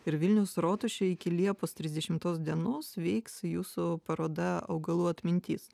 ir vilniaus rotušėj iki liepos trisdešimtos dienos veiks jūsų paroda augalų atmintis